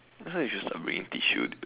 that's why you should start bringing tissue dude